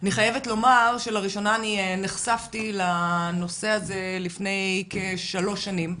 אני חייבת לומר שלראשונה נחשפתי לנושא הזה לפני כשלוש שנים,